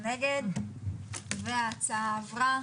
לחוק וכן על כיתה של תלמידים עולים ללימוד השפה העברית.